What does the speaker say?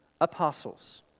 apostles